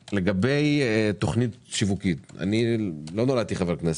לגבי תוכנית שיווק אני לא נולדתי חבר כנסת,